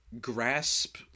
grasp